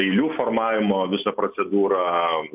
eilių formavimo visą procedūrą